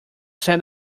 send